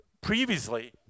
previously